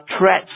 threats